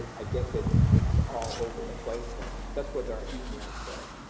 i guess it's it's all over the place. that's that's what our emails say.